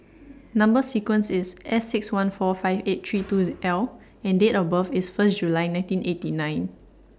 Number sequence IS S six one four five eight three two L and Date of birth IS First July nineteen eighty nine